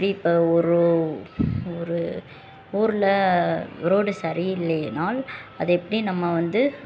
எப்படி இப்போ ஒரு ஒரு ஊரில் ரோடு சரி இல்லையினால் அதை எப்படி நம்ம வந்து